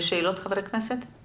חברי הכנסת, יש שאלות?